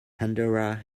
andorra